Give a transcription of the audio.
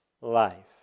life